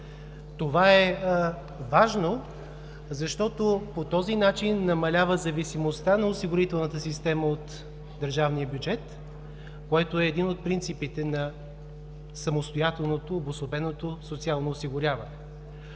Това е важно, защото по този начин намалява зависимостта на осигурителната система от държавния бюджет, което е един от принципите на самостоятелното, обособеното социално осигуряване.